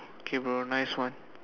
okay bro nice one